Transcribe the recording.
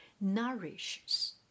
nourishes